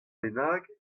bennak